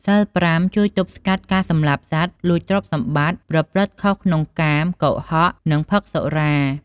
សីលប្រាំ ជួយទប់ស្កាត់ការសម្លាប់សត្វ លួចទ្រព្យសម្បត្តិ ប្រព្រឹត្តខុសក្នុងកាម កុហក និងផឹកសុរា។